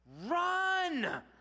Run